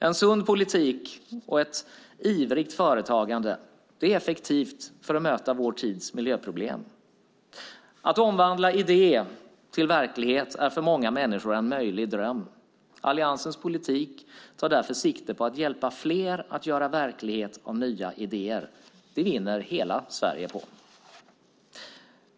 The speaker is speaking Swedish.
En sund politik och ett ivrigt företagande är effektivt för att möta vår tids miljöproblem. Att omvandla idé till verklighet är för många människor en möjlig dröm. Alliansens politik tar därför sikte på att hjälpa fler att göra verklighet av nya idéer. Det vinner hela Sverige på.